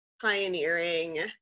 pioneering